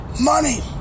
Money